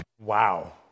Wow